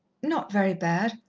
not very bad,